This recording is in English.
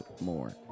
more